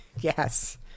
yes